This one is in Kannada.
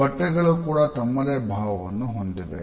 ಬಟ್ಟೆಗಳು ಕೂಡ ತಮ್ಮದೇ ಭಾವವನ್ನು ಹೊಂದಿವೆ